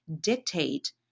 dictate